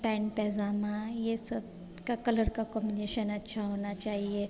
pant पजामा ये सब का कलर का कॉम्बिनेशन अच्छा होना चाहिए